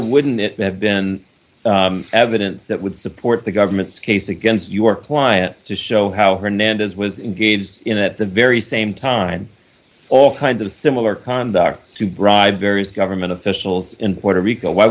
wouldn't it have been evidence that would support the government's case against your client to show how hernandez was engaged in at the very same time all kinds of similar conduct to bribe various government officials in puerto rico why